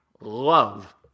love